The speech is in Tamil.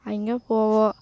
அங்கேயும் போவோம்